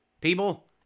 people